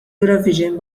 eurovision